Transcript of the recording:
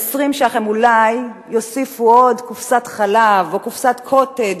20 שקלים יוסיפו אולי עוד קופסת חלב או קופסת "קוטג'",